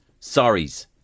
sorries